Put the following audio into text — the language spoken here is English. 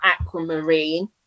aquamarine